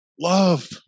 love